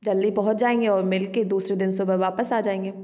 जल्दी पहुँच जाएंगे और मिल कर दूसरे दिन सुबह वापस आजाएंगे